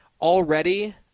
already